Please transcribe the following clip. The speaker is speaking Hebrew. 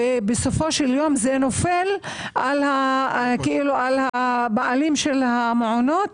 בסופו של יום זה נופל על הבעלים של המעונות